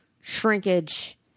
shrinkage